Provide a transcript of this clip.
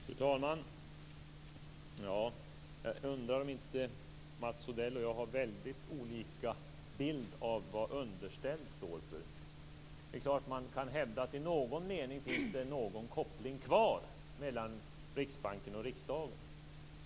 Fru talman! Jag undrar om inte Mats Odells och min bild av vad underställd står för är väldigt olika. Det är klart att man i någon mening kan hävda att det finns någon koppling kvar mellan Riksbanken och riksdagen.